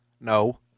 No